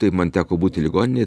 tai man teko būti ligoninėj